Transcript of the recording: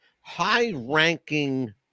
high-ranking